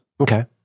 okay